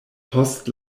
post